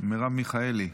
מרב מיכאלי,